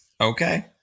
Okay